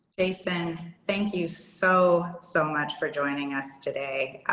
jason, thank you so, so much for joining us today.